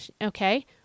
okay